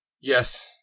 Yes